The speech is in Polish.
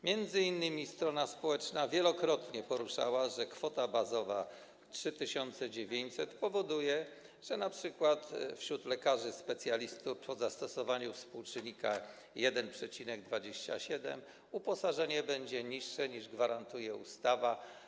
Miedzy innymi strona społeczna wielokrotnie podnosiła, że kwota bazowa 3900 zł spowoduje np. to, że wśród lekarzy specjalistów po zastosowaniu współczynnika 1,27 uposażenie będzie niższe, niż gwarantuje ustawa.